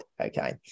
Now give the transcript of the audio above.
Okay